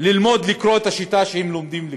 ללמוד לקרוא בשיטה שהם לומדים לקרוא,